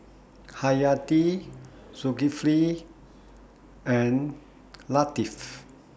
Hayati Zulkifli and Latif